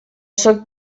sóc